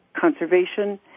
conservation